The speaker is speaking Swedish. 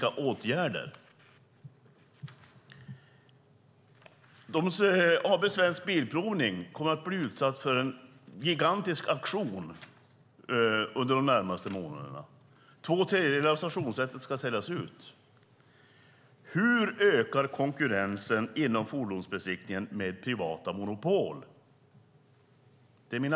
AB Svensk Bilprovning kommer att bli utsatt för en gigantisk auktion under de närmaste månaderna. Två tredjedelar av stationerna ska säljas ut. Hur ökar konkurrensen inom fordonsbesiktningen med privata monopol?